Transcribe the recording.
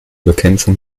bekämpfung